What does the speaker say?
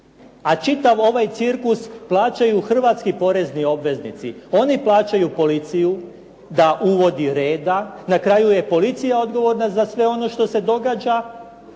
A čitav ovaj cirkus plaćaju hrvatski porezni obveznici oni plaćaju policiju da uvodi reda, na kraju je policija odgovorna za sve ono što se događa